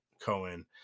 Cohen